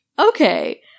okay